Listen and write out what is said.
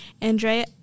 andrea